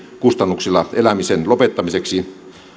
kustannuksella elämisen lopettamiseksi